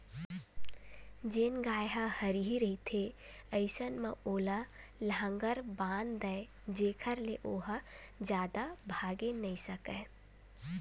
जेन गाय ह हरही रहिथे अइसन म ओला लांहगर बांध दय जेखर ले ओहा जादा भागे नइ सकय